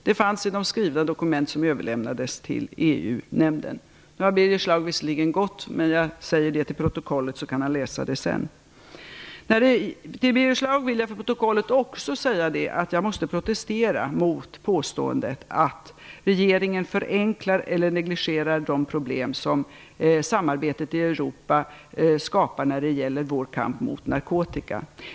Det fanns information i de skrivna dokument som överlämnades till EU Till Birger Schlaug vill jag också säga att jag måste protestera mot påståendet att regeringen förenklar eller negligerar de problem som samarbetet i Europa skapar när det gäller vår kamp mot narkotika.